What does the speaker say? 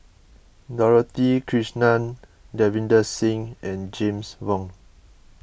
Dorothy Krishnan Davinder Singh and James Wong